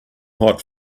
hot